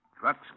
trucks